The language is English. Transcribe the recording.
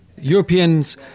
Europeans